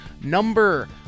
number